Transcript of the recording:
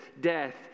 death